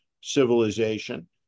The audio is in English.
civilization